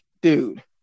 dude